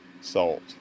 salt